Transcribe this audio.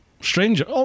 stranger